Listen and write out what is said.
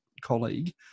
colleague